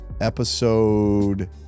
episode